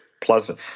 Pleasant